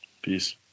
Peace